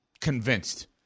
Convinced